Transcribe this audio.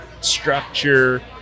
structure